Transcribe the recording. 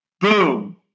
Boom